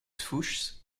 fuchs